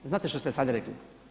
Znate što ste sada rekli?